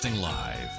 live